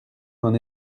n’en